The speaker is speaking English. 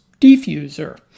diffuser